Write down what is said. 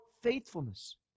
faithfulness